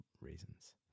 reasons